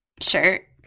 shirt